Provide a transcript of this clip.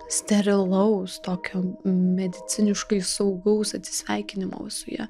sterilaus tokio mediciniškai saugaus atsisveikinimo su ja